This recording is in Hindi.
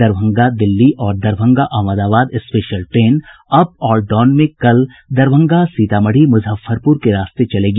दरभंगा दिल्ली और Darbhanga Ahmedabad special train up और डाउन में कल दरभंगा सीतामढ़ी मुजफ्फरपुर के रास्ते चलेगी